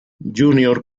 junior